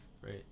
right